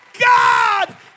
God